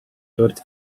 dort